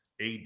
AD